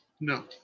No